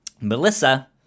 melissa